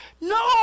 No